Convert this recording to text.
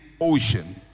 ocean